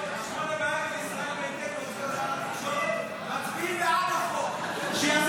חבר הכנסת כהן, עוד לא הגיע זמן תפילת שחרית.